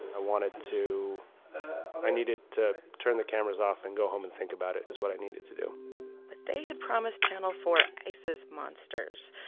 i wanted to i needed to turn the cameras off and go home and think about it, is what i needed to do but they had promised channel four isis monsters.